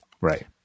right